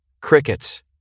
crickets